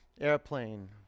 airplane